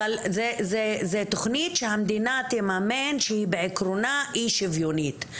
אבל זו תכנית שהמדינה תממן שהיא בעקרון אי-שיוויונית.